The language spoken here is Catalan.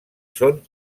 són